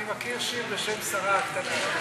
אני מכיר שיר בשם "שרה הקטנה".